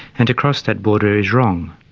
and to cross that border is wrong,